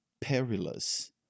perilous